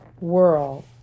world